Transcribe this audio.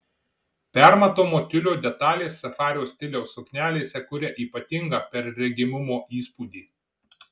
permatomo tiulio detalės safario stiliaus suknelėse kuria ypatingą perregimumo įspūdį